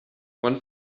one